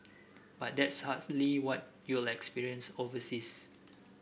but that's hardly what you'll experience overseas